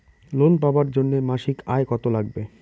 Loan পাবার জন্যে মাসিক আয় কতো লাগবে?